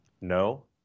no